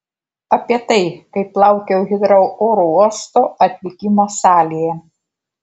apie tai kaip laukiau hitrou oro uosto atvykimo salėje